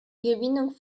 gewinnung